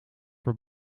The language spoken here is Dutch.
voor